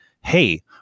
hey